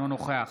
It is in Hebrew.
אינו נוכח